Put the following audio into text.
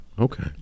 Okay